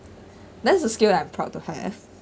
that's the skill I'm proud to have